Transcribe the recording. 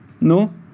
No